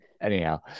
anyhow